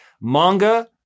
manga